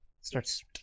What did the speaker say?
starts